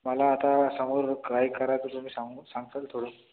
मला आता समोर काय करायचं तुम्ही सांग सांगताल थोडं